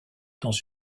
dans